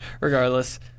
regardless